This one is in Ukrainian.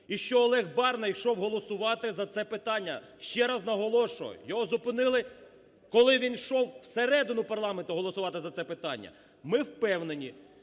і що Олег Барна йшов голосувати за це питання, ще раз наголошую, його зупинили, коли він йшов всередину парламенту голосувати за це питання. Ми впевнені,